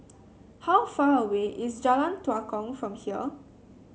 how far away is Jalan Tua Kong from here